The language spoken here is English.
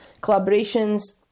collaborations